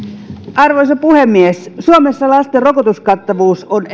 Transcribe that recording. arvoisa puhemies suomessa lasten rokotuskattavuus on